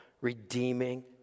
redeeming